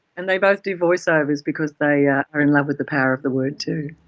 and they both do voice-overs because they are in love with the power of the word too.